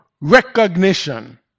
recognition